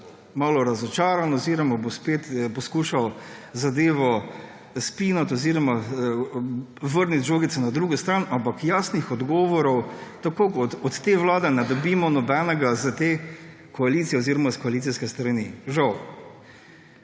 malo razočaran oziroma bo spet poskušal zadevo spinati oziroma vrniti žogico na drugo stran, ampak jasnih odgovorov, tako kot od te vlade, ne dobimo od nobenega iz te koalicijske strani. Žal.